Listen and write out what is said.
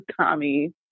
Tommy